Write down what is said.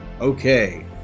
Okay